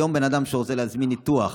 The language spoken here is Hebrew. היום, אדם שרוצה להזמין ניתוח